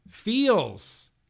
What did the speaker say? Feels